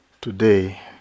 Today